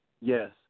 Yes